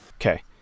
Okay